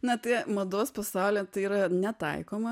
na tai mados pasaulyje tai yra netaikoma